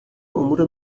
امور